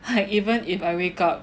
I even if I wake up